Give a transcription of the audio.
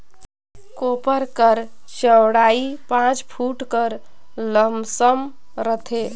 कोपर कर चउड़ई पाँच फुट कर लमसम रहथे